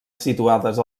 situades